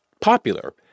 popular